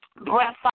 breath